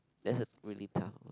that's a really tough